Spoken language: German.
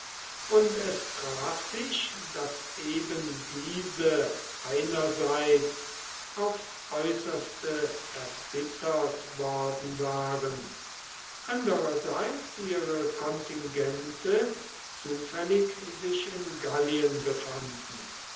und es traf sich daß eben diese einerseits aufs äußerste erbittert worden waren andererseits ihre kontingente zufällig sich in gallien befanden